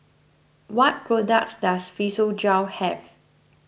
what products does Physiogel have